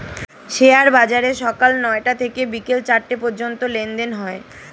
share বাজারে সকাল নয়টা থেকে বিকেল চারটে পর্যন্ত লেনদেন হয়